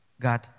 God